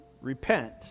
repent